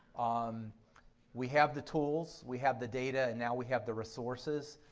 um we have the tools. we have the data and now we have the resources,